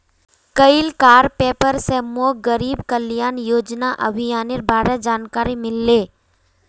कइल कार पेपर स मोक गरीब कल्याण योजना अभियानेर बारे जानकारी मिलले